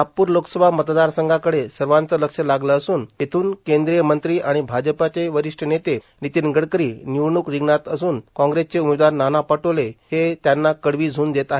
नागपूर लोकसभा मतदारसंघाकडं सर्वाचं लक्ष लागलं असून इथून केंद्रीय मंत्री आणि भाजपाचे वरिष्ठ नेते नितीन गडकरी निवडणूक रिंगणात असून काँग्रेसचे उमेदवार नाना पटोले हे त्यांना कडवी झूंज देत आहेत